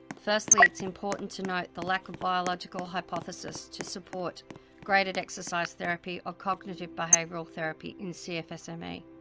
firstly, it's important to note the lack of biological hypothesis to support graded exercise therapy or cognitive behavioral therapy in cfs me.